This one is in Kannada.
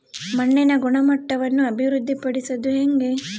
ಮಣ್ಣಿನ ಗುಣಮಟ್ಟವನ್ನು ಅಭಿವೃದ್ಧಿ ಪಡಿಸದು ಹೆಂಗೆ?